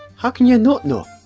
how can you not know?